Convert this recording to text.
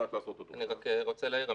אני רוצה להעיר,